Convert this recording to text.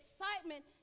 excitement